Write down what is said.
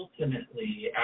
ultimately